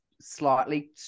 slightly